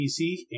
PC